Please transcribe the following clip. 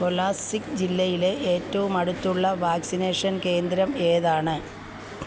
കൊലാസിബ് ജില്ലയിലെ ഏറ്റവും അടുത്തുള്ള വാക്സിനേഷൻ കേന്ദ്രം ഏതാണ്